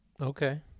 Okay